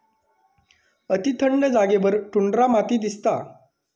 अती थंड जागेवर टुंड्रा माती दिसता